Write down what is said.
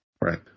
Right